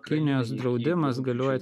kinijos draudimas galioja